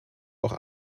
auch